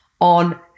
on